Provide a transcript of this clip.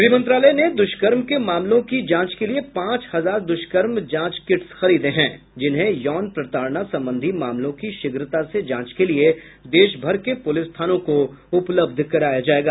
गृह मंत्रालय ने दुष्कर्म के मामलों की जांच के लिए पांच हजार दुष्कर्म जांच किट्स खरीदे हैं जिन्हें यौन प्रताड़ना संबंधी मामलों की शीघ्रता से जांच के लिए देश भर के पूलिस थानों को उपलब्ध कराया जाएगा